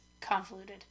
convoluted